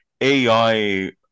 AI